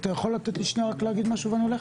אתה יכול לתת לי להגיד משהו ואני הולך?